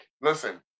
listen